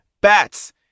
Bats